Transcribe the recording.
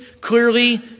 clearly